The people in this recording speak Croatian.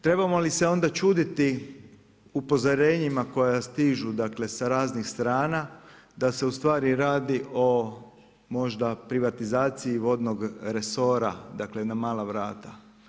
Trebamo li se onda čuditi, upozorenjima koja stižu sa raznih strana, da se ustvari radi o možda privatizaciji vodnog resora, dakle, jedna mala vrata.